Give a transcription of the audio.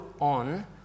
on